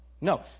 No